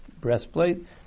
breastplate